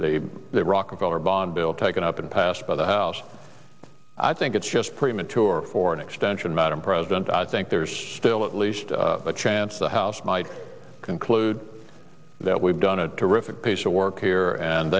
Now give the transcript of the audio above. the rockefeller bond bill taken up and passed by the house i think it's just premature for an extension madam president i think there's still at least a chance the house might conclude that we've done a terrific piece of work here and